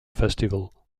festival